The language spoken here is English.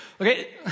Okay